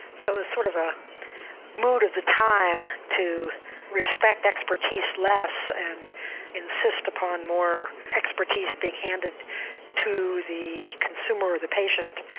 so was a sort of ah mood of the time to respect expertise less and insist upon more expertise being handed to the consumer or the patient,